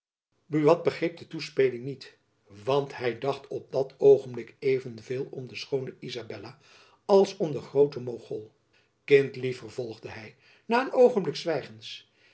buat begreep de toespeling niet want hy dacht op dat oogenblik even veel om de schoone izabella als om den grooten mogol kindlief vervolgde hy na een oogenblik zwijgens